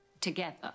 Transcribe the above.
Together